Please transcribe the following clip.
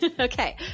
Okay